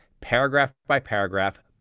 paragraph-by-paragraph